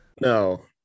No